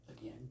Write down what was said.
Again